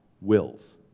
wills